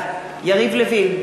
יריב לוין,